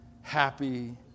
happy